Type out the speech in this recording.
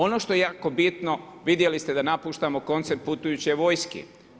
Ono što je jako bitno vidjeli ste da napuštamo koncept putujuće vojske.